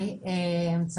בבקשה.